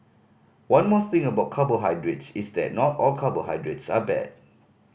one more thing about carbohydrates is that not all carbohydrates are bad